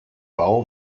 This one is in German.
bau